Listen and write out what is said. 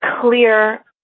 clear